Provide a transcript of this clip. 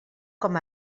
com